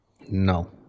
No